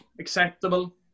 acceptable